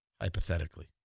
Hypothetically